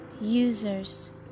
users